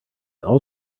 all